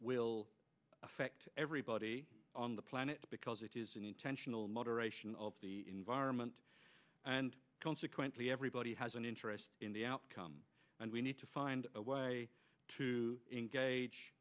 will affect everybody on the planet because it is an intentional moderation of the environment and consequently everybody has an interest in the outcome and we need to find a way to engage